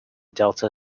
delta